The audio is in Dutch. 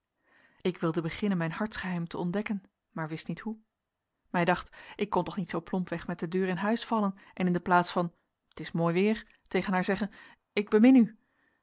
ik wilde beginnen mijn hartsgeheim te ontdekken maar wist niet hoe mij dacht ik kon toch niet zoo plompweg met de deur in huis vallen en in de plaats van t is mooi weer tegen haar zeggen ik bemin u